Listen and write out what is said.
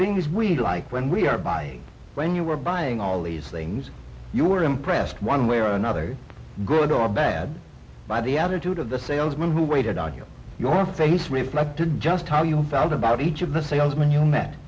things we like when we are buying when you were buying all these things you were impressed one way or another good or bad by the attitude of the salesman who waited on you your face reflected just how you felt about each of the salesman you met